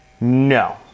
No